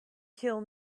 kill